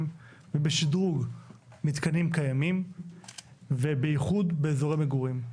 ובשדרוג מתקנים קיימים ובייחוד באיזורי מגורים.